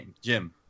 Jim